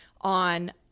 on